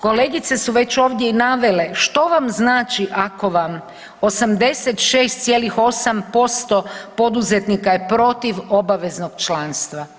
Kolegice su već i ovdje i navele što vam znači ako vam 86,8% poduzetnika je protiv obaveznog članstva.